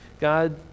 God